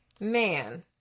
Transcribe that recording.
man